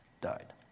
died